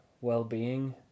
well-being